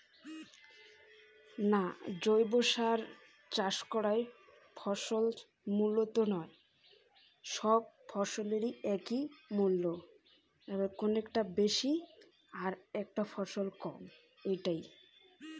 জৈবভাবে চাষ করা ফছলত বাজারমূল্য বেশি